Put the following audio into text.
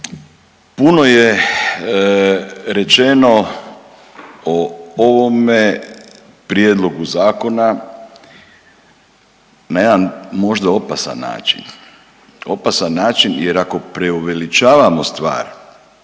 Puno je rečeno o ovome prijedlogu Zakona na jedan možda opasan način. Opasan način jer ako preuveličavamo stvari